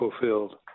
fulfilled